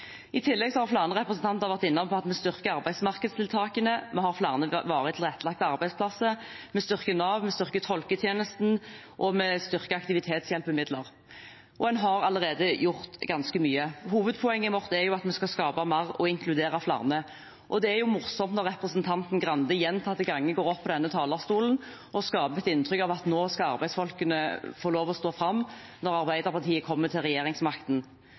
I tillegg har flere representanter vært inne på at vi styrker arbeidsmarkedstiltakene, vi har flere varig tilrettelagte arbeidsplasser, vi styrker Nav, vi styrker tolketjenesten, og vi styrker aktivitetshjelpemidler. En har allerede gjort ganske mye. Hovedpoenget vårt er at vi skal skape mer og inkludere flere. Det er jo morsomt når representanten Grande gjentatte ganger går opp på denne talerstolen og skaper et inntrykk av at nå skal arbeidsfolkene få lov til å stå fram, når Arbeiderpartiet kommer til regjeringsmakten.